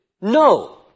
no